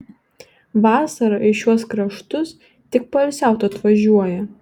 vasarą į šiuos kraštus tik poilsiaut atvažiuoja